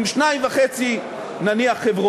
עם שתיים וחצי חברות,